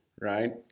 right